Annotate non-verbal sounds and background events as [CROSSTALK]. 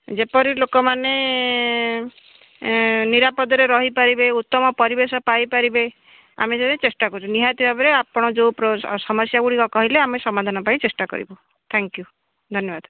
ଯେପରି ଲୋକମାନେ ନିରାପଦରେ ରହିପାରିବେ ଉତ୍ତମ ପରିବେଶ ପାଇପାରିବେ ଆମେ [UNINTELLIGIBLE] ଚେଷ୍ଟା କରୁଛୁ ନିହାତି ଭାବରେ ଆପଣ ଯେଉଁ ସମସ୍ୟାଗୁଡ଼ିକ କହିଲେ ଆମେ ସମାଧାନ ପାଇଁ ଚେଷ୍ଟା କରିବୁ ଥ୍ୟାଙ୍କ୍ ୟୁ ଧନ୍ୟବାଦ